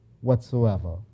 whatsoever